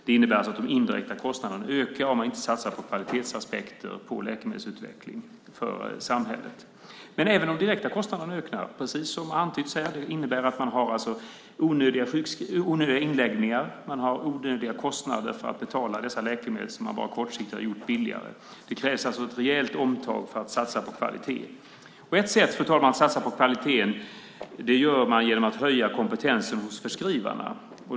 Det innebär att de indirekta kostnaderna ökar om man inte satsar på kvalitetsaspekter på läkemedelsutveckling för samhället. Även de direkta kostnaderna ökar, precis som det har antytts här. Det innebär att man har onödiga inläggningar och onödiga kostnader för att betala dessa läkemedel som man bara kortsiktigt har gjort billigare. Det krävs alltså ett rejält omtag för att satsa på kvalitet. Ett sätt, fru talman, att satsa på kvaliteten är att höja kompetensen hos förskrivarna.